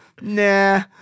nah